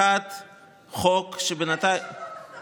1. חוק, על איזה שבוע אתה מדבר?